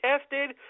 tested